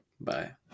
Bye